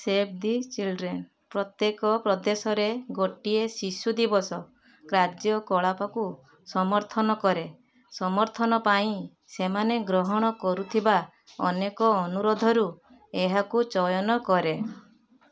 save the Children ପ୍ରତ୍ୟେକ ପ୍ରଦେଶରେ ଗୋଟିଏ ଶିଶୁ ଦିବସ କାର୍ଯ୍ୟକଳାପକୁ ସମର୍ଥନ କରେ ସମର୍ଥନ ପାଇଁ ସେମାନେ ଗ୍ରହଣ କରୁଥିବା ଅନେକ ଅନୁରୋଧରୁ ଏହାକୁ ଚୟନ କରେ